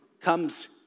comes